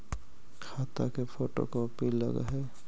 खाता के photo copy लगहै?